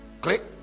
Click